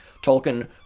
Tolkien